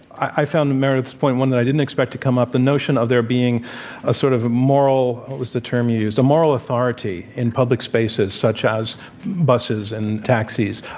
i found meredith's point one that i didn't expect to come up the notion of there being a sort of a moral what was the term used? a moral authority in public spaces, such as buses and taxis.